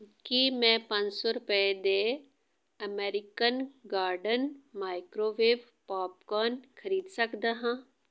ਕੀ ਮੈਂ ਪੰਜ ਸੌ ਰੁਪਏ ਦੇ ਅਮੈਰੀਕਨ ਗਾਰਡਨ ਮਾਈਕ੍ਰੋਵੇਵ ਪੌਪਕੋਨ ਖਰੀਦ ਸਕਦਾ ਹਾਂ